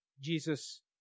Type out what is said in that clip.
Jesus